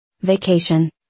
Vacation